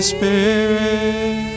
Spirit